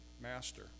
Master